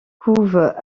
couvent